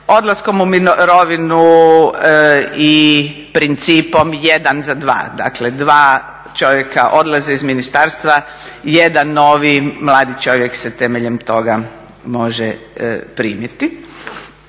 Odlaskom u mirovinu i principom jedan za dva, dakle dva čovjeka odlaze iz ministarstva, jedan novi mladi čovjek se temeljem toga može primiti.